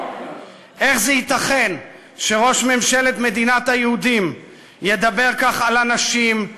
איך ייתכן שראש ממשלת מדינת היהודים ידבר כך על אנשים,